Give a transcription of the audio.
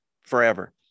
forever